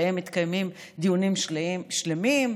ועליהם מתקיימים דיונים שלמים,